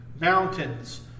mountains